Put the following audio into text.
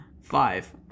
Five